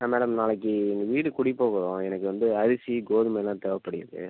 ஆ madam நாளைக்கு எங்கள் வீடு குடி போகிறோம் எனக்கு வந்து அரிசி கோதுமைலாம் தேவைப்படுகிறது